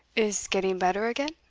is getting better again?